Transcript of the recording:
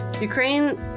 Ukraine